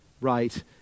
right